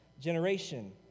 generation